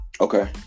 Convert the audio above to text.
Okay